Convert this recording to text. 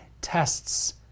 tests